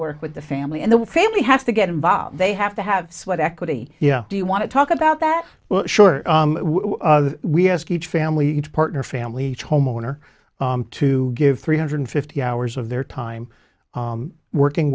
work with the family and the family has to get involved they have to have sweat equity yeah do you want to talk about that well sure we ask each family to partner family homeowner to give three hundred fifty hours of their time working